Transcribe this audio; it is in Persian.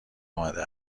آمده